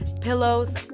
pillows